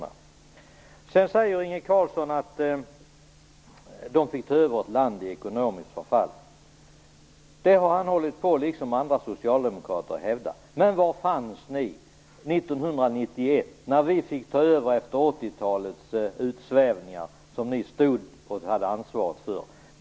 Vidare säger Inge Carlsson att Socialdemokraterna fick ta över ett land i ekonomiskt förfall. Det har han liksom andra socialdemokrater hävdat. Men var finns ni 1991, när vi fick ta över efter 80-talets utsvävningar som ni hade ansvaret för?